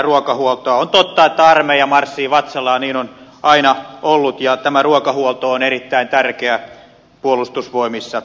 on totta että armeija marssii vatsallaan niin on aina ollut ja tämä ruokahuolto on erittäin tärkeä puolustusvoimissa